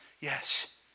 Yes